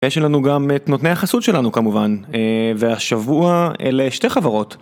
יש לנו גם את נותני החסות שלנו כמובן, והשבוע אלה שתי חברות.